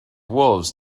wolves